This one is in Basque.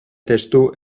testu